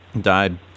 Died